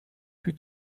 parlé